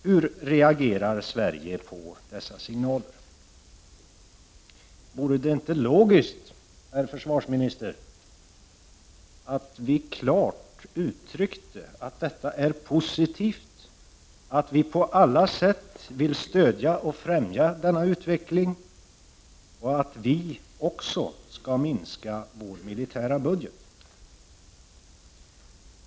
Hur reagerar Sverige på dessa signaler? Vore det inte logiskt, herr försvarsminister, om vi klart uttryckte att detta är positivt, att vi på alla sätt vill stödja och främja denna utveckling och också att vi skall minska vår militära budget?